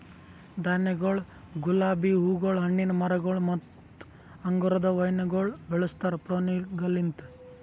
ಧಾನ್ಯಗೊಳ್, ಗುಲಾಬಿ ಹೂಗೊಳ್, ಹಣ್ಣಿನ ಮರಗೊಳ್ ಮತ್ತ ಅಂಗುರದ ವೈನಗೊಳ್ ಬೆಳುಸ್ತಾರ್ ಪ್ರೂನಿಂಗಲಿಂತ್